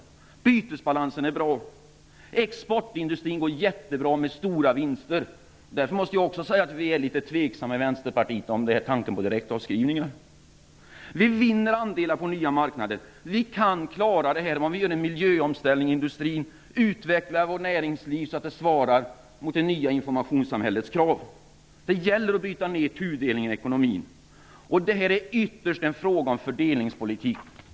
Bytesbalansen är bra. Exportindustrin går jättebra och gör stora vinster. Därför måste jag också säga att vi i Vänsterpartiet är litet tveksamma när det gäller direktavskrivningar. Sverige vinner andelar på nya marknader. Sverige kan klara det här om vi gör en miljöomställning i industrin, utvecklar vårt näringsliv så att det svarar mot det nya informationssamhällets krav. Det gäller att bryta ned tudelningen i ekonomin. Det är ytterst en fråga om fördelningspolitik.